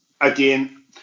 Again